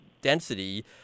density